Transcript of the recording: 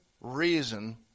reason